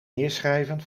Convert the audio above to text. neerschrijven